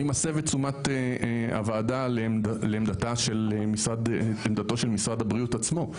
אני מסב את תשומת הוועדה לעמדתו של משרד הבריאות עצמו,